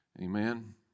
Amen